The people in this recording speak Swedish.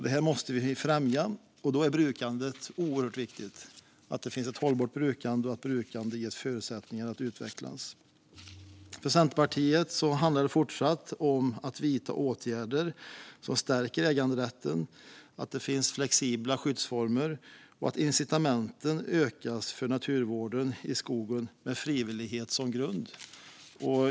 Detta måste vi främja, och då är det oerhört viktigt att det finns ett hållbart brukande och att brukandet ges förutsättningar att utvecklas. För Centerpartiet handlar det fortsatt om att vidta åtgärder som stärker äganderätten, att det finns flexibla skyddsformer och att incitamenten ökas för naturvården i skogen med frivillighet som grund.